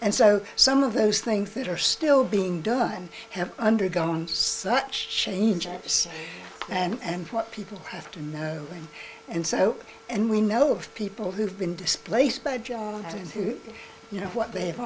and so some of those things that are still being done have undergone such changes and what people have to know and so and we know of people who've been displaced by joan who you know what they've